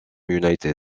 united